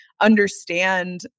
understand